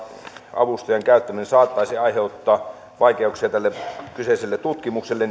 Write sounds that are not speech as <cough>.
avustajan käyttäminen saattaisi aiheuttaa vaikeuksia tälle kyseiselle tutkimukselle <unintelligible>